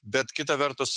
bet kita vertus